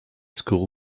school